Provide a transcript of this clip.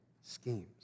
schemes